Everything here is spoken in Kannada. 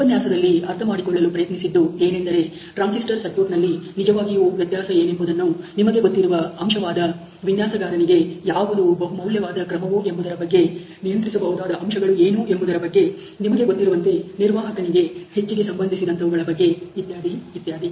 ಉಪನ್ಯಾಸದಲ್ಲಿ ಅರ್ಥಮಾಡಿಕೊಳ್ಳಲು ಪ್ರಯತ್ನಿಸಿದ್ದು ಏನೆಂದರೆ ಟ್ರಾನ್ಸಿಸ್ಟರ್ ಸರ್ಕ್ಯೂಟ್ ನಲ್ಲಿ ನಿಜವಾಗಿಯೂ ವ್ಯತ್ಯಾಸ ಏನೆಂಬುದನ್ನು ನಿಮಗೆ ಗೊತ್ತಿರುವ ಅಂಶವಾದ ವಿನ್ಯಾಸಗಾರನಿಗೆ ಯಾವುದು ಬಹು ಮೌಲ್ಯವಾದ ಕ್ರಮವು ಎಂಬುದರ ಬಗ್ಗೆ ನಿಯಂತ್ರಿಸಬಹುದಾದ ಅಂಶಗಳು ಏನು ಎಂಬುದರ ಬಗ್ಗೆ ನಿಮಗೆ ಗೊತ್ತಿರುವಂತೆ ನಿರ್ವಾಹಕನಿಗೆ ಹೆಚ್ಚಿಗೆ ಸಂಬಂಧಿಸಿದಂತವುಗಳ ಬಗ್ಗೆ ಇತ್ಯಾದಿ